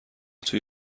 توی